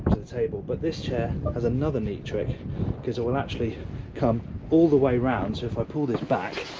the table but this chair has another neat trick because it will actually come all the way around so if i pull this back